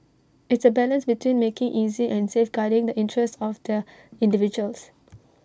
it's A balance between making easy and safeguarding the interests of the individuals